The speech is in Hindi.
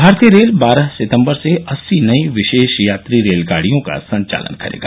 भारतीय रेल बारह सितंबर से अस्सी नई विशेष यात्री रेलगाडियों का संचालन करेगा